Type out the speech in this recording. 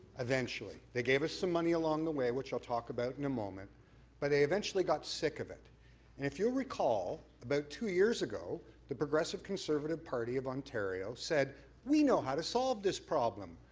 eventually. they gave us some money along the way which i'll talk about in a moment but they eventually got sick of it. and if you'll recall about two years ago the progressive conservative party of ontario said we know how to solve this problem.